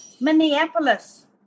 minneapolis